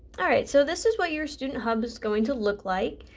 alright so this is what your student hub is going to look like.